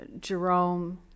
Jerome